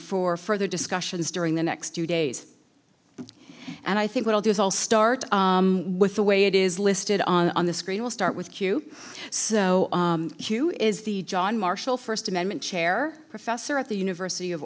for further discussions during the next two days and i think what i'll do is i'll start with the way it is listed on the screen we'll start with q so q is the john marshall first amendment chair professor at the university of